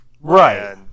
Right